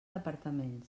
departament